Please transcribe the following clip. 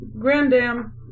Grandam